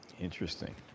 Interesting